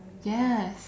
yes